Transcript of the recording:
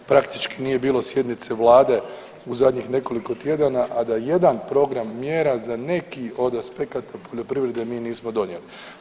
Praktički nije bilo sjednice vlade u zadnjih nekoliko tjedana, a da jedan program mjera za neki od aspekata poljoprivrede mi nismo donijeli.